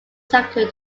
sector